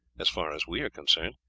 as far as we are concerned.